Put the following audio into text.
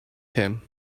him